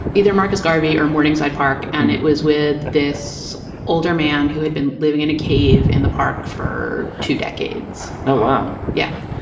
either marcus garvey or morningside park. and it was with this older man who had been living in a cave in the park for two decades now. yeah.